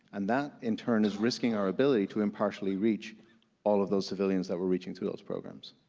and that in turn is risking our ability to impartially reach all of those civilians that we're reaching through those programs.